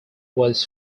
was